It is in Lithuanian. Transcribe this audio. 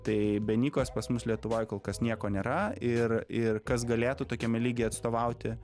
tai be ni kos pas mus lietuvoj kolkas nieko nėra ir ir kas galėtų tokiame lygyje atstovauti